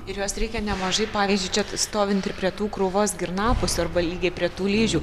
ir jos reikia nemažai pavyzdž čia tai stovint ir prie tų krūvos girnapusių arba lygiai prie tų ližių